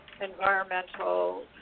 environmental